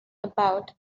about